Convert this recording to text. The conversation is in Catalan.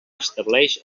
estableix